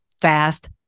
fast